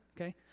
Okay